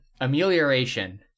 Amelioration